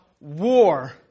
war